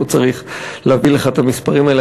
לא צריך להביא לך את המספרים האלה,